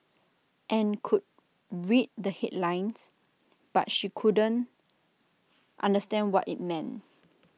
and could read the headlines but she couldn't understand what IT meant